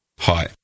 Hi